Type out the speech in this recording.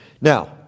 Now